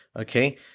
okay